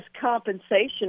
compensation